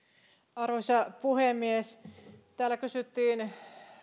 arvoisa puhemies täällä kysyttiin